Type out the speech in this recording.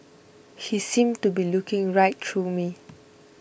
he seemed to be looking right through me